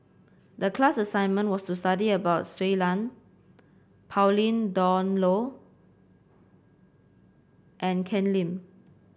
the class assignment was to study about Shui Lan Pauline Dawn Loh and Ken Lim